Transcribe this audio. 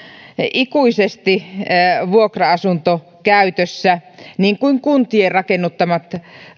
ikuisesti vuokra asuntokäytössä niin kuin kuntien rakennuttamat